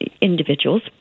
individuals